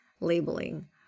labeling